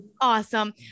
awesome